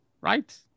right